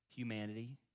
humanity